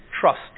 trust